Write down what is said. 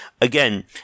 again